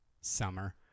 Summer